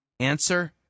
Answer